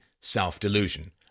self-delusion